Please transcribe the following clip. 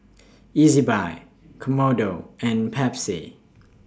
Ezbuy Kodomo and Pepsi